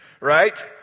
Right